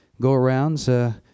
go-arounds